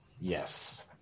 yes